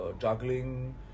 juggling